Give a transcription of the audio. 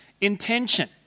intention